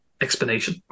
explanation